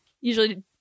usually